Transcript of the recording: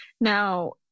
Now